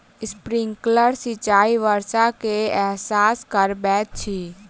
sprinkler सिचाई वर्षा के एहसास करबैत अछि